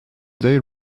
they